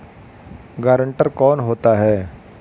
Guarantor कौन होता है?